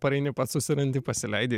pareini pats susirandi pasileidi